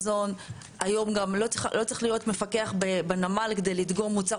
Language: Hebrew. לא צריך להיות מפקח בנמל כדי לדגום מוצר